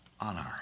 honor